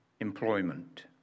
employment